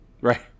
Right